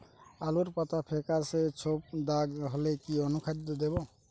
আলুর পাতা ফেকাসে ছোপদাগ হলে কি অনুখাদ্য দেবো?